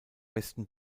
westen